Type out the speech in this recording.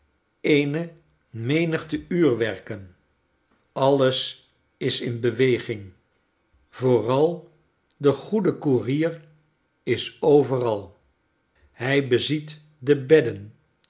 eene menigte uurwerken alles is in beweging yooral de goede koerier is overal hij beziet de bedden